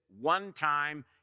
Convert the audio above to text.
one-time